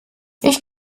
ich